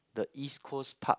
the East-Coast-Park